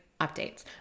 updates